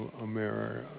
America